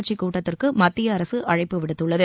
கட்சிக் கூட்டத்திற்கு மத்திய அரசு அழைப்பு விடுத்துள்ளது